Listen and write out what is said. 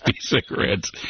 cigarettes